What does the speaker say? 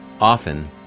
often